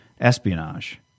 espionage